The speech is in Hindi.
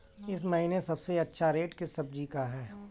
इस महीने सबसे अच्छा रेट किस सब्जी का है?